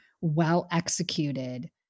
well-executed